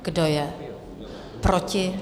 Kdo je proti?